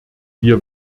wir